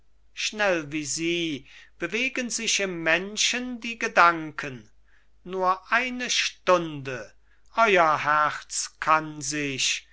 schnell wie sie bewegen sich im menschen die gedanken nur eine stunde euer herz kann sich